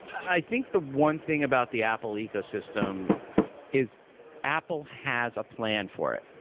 i think the one thing about the apple ecosystem is apple has a plan for it.